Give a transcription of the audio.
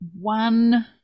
one